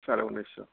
চাৰে ঊনৈছশ